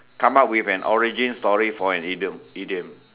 come out with an origin story for an idiom idiom